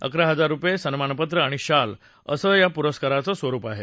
अकरा हजार रुपये सन्मानपत्र आणि शाल असं या पुरस्काराचं स्वरुप आहे